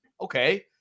Okay